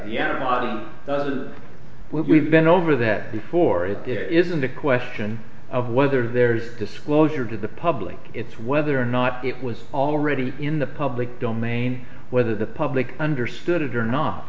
what we've been over that before it there isn't a question of whether there's disclosure to the public it's whether or not it was already in the public domain whether the public understood it or not